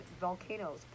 volcanoes